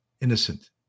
innocent